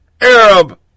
Arab